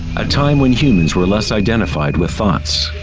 a time when humans were less identified with thoughts.